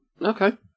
Okay